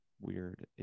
weird